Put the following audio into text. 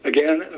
Again